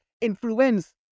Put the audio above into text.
influence